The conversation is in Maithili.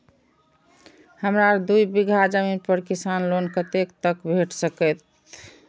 हमरा दूय बीगहा जमीन पर किसान लोन कतेक तक भेट सकतै?